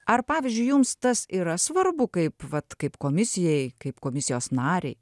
ar pavyzdžiui jums tas yra svarbu kaip vat kaip komisijai kaip komisijos narei